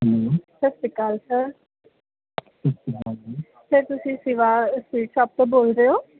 ਸਤਿ ਸ਼੍ਰੀ ਅਕਾਲ ਸਰ ਸਰ ਤੁਸੀਂ ਸ਼ਿਵਾ ਸਵੀਟ ਸ਼ੋਪ ਤੋਂ ਬੋਲ ਰਹੇ ਹੋ